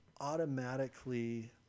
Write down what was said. automatically